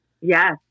Yes